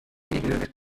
wird